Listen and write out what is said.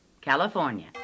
California